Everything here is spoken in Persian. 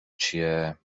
چیه